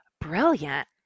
Brilliant